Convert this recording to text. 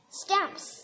stamps